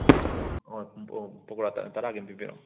ꯑꯣ ꯑꯣ ꯄꯀꯧꯔꯥ ꯇꯔꯥ ꯇꯔꯥꯒꯤ ꯑꯝ ꯄꯤꯕꯤꯔꯛꯑꯣ